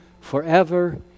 forever